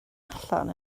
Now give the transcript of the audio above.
allan